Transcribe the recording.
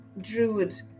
Druid